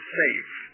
safe